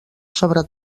sobre